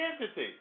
entity